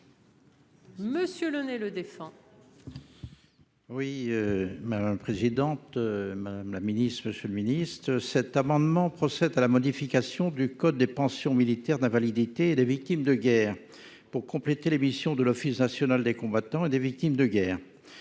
Monsieur le nez le défend. Oui. Mais, présidente. Madame la Ministre, Monsieur le ministe cet amendement procède à la modification du code des pensions militaires d'invalidité et des victimes de guerre pour compléter l'émission de l'Office national des combattants et des victimes de guerre.